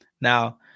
now